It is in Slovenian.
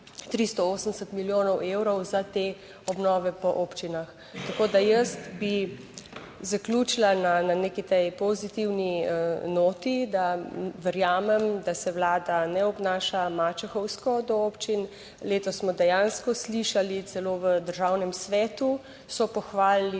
380 milijonov evrov za te obnove po občinah. Zaključila bi na neki pozitivni noti, da verjamem, da se Vlada ne obnaša mačehovsko do občin. Letos smo dejansko slišali, celo v Državnem svetu so pohvalili